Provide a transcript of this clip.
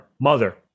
mother